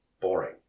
boring